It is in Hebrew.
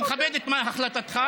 אני מכבד את החלטתך.